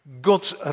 God's